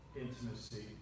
intimacy